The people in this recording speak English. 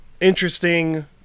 interesting